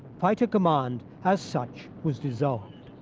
fighter command as such was dissolved.